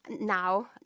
now